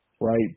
Right